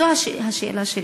זאת השאלה.